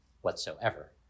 whatsoever